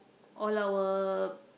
all our